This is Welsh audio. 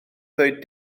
ddweud